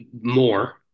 more